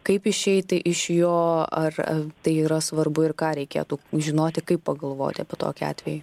kaip išeiti iš jo ar tai yra svarbu ir ką reikėtų žinoti kaip pagalvoti apie tokį atvejį